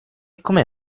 come